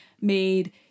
made